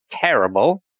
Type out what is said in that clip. terrible